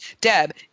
Deb